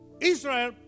Israel